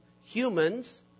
humans